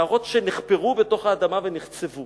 מערות שנחפרו בתוך האדמה ונחצבו